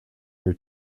new